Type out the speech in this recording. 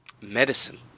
medicine